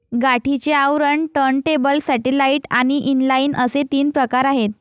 गाठीचे आवरण, turntable, satellite आणि इनलाइन असे तीन प्रकार आहे